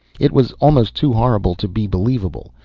it was almost too horrible to be believable.